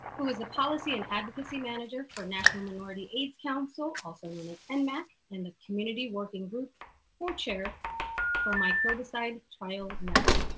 who is the policy and advocacy manager for national minority aids council, also known as and nmac, and the community working group co-chair for microbicide trial network.